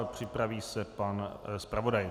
Připraví se pan zpravodaj.